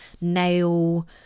Nail